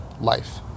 life